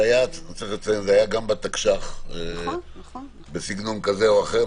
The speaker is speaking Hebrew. זה היה גם בתקש"ח בסגנון זה או אחר.